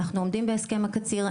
אנחנו עומדים בהסכם הקציר,